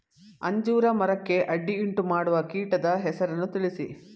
ಅಂಜೂರ ಮರಕ್ಕೆ ಅಡ್ಡಿಯುಂಟುಮಾಡುವ ಕೀಟದ ಹೆಸರನ್ನು ತಿಳಿಸಿ?